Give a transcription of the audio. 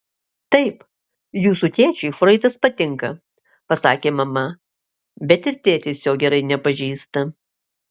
taip jūsų tėčiui froidas patinka pasakė mama bet ir tėtis jo gerai nepažįsta